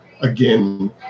again